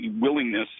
willingness